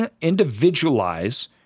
individualize